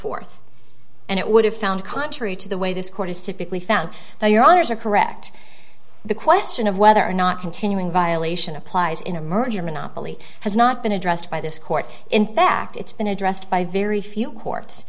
forth and it would have found contrary to the way this court is typically found now your honour's are correct the question of whether or not continuing violation applies in a merger monopoly has not been addressed by this court in fact it's been addressed by very few court